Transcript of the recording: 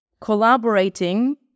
collaborating